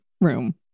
room